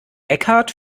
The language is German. eckhart